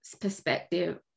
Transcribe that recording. perspective